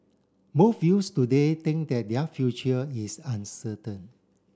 most youths today think that their future is uncertain